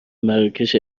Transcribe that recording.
مراکش